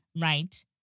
right